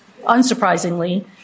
unsurprisingly